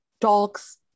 talks